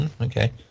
Okay